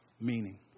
meaning